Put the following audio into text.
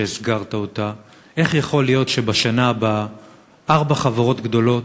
שהזכרת אותה: איך יכול להיות שבשנה הבאה ארבע חברות גדולות,